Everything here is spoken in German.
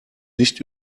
nicht